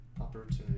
Opportunity